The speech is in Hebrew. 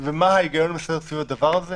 ומה ההיגיון המסדר סביב הדבר הזה,